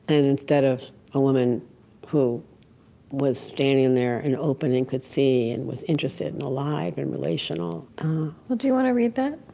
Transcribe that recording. and instead of a woman who was standing there and open and could see, and was interested and alive and relational well, do you want to read that?